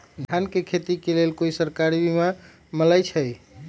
धान के खेती के लेल कोइ सरकारी बीमा मलैछई?